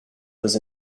was